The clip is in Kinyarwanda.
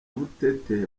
butete